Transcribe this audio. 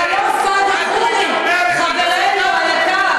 המסיתה מדברת על הסתה.